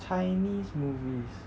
chinese movies